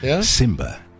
Simba